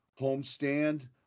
homestand